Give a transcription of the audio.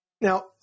Now